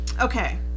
Okay